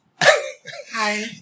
hi